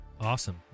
awesome